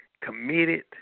committed